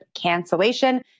cancellation